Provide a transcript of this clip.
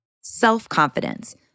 self-confidence